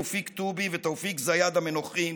תופיק טובי ותאופיק זיאד המנוחים